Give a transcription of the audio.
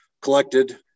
collected